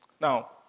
Now